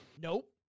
Nope